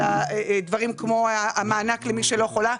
דברים כמו המענק למי שלא חולה,